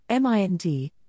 MIND